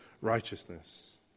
righteousness